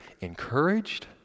encouraged